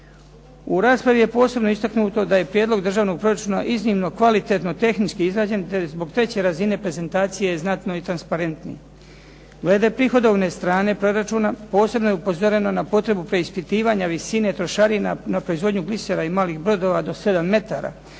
U raspravi je posebno istaknuto da je Prijedlog državnog proračuna iznimno kvalitetno tehnički izrađen te zbog te će razine prezentacije znatno i transparentniji. Glede prihodovne strane proračuna posebno je upozoreno na potrebu preispitivanja visine trošarina na proizvodnju glisera i malih brodova do 7 metara